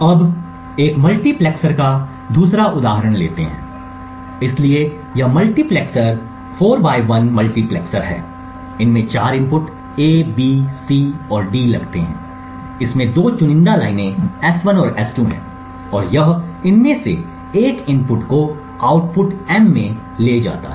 अब एक मल्टीप्लेक्सर का दूसरा उदाहरण लेते हैं इसलिए यह मल्टीप्लेक्सर 4 1 मल्टीप्लेक्सर है इसमें 4 इनपुट A B C और D लगते हैं इसमें दो चुनिंदा लाइनें S1 और S2 हैं और यह इनमें से एक इनपुट को आउटपुट M में ले जाता है